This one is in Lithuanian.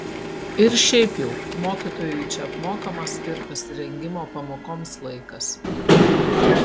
ir šiaip jau mokytojui čia apmokamas ir pasirengimo pamokoms laikas